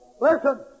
Listen